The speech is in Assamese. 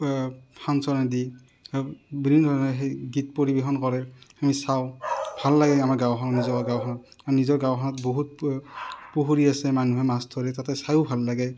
ফাংচনেদি বিভিন্ন ধৰণে সেই গীত পৰিৱেশন কৰে আমি চাওঁ ভাল লাগে আমাৰ গাঁওখন নিজৰ গাঁওখন আৰু নিজৰ গাঁওখনত বহুত পুখুৰী আছে মানুহে মাছ ধৰে তাতে চাইও ভাল লাগে